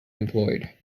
employed